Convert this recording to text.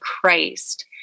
Christ